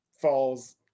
falls